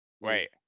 wait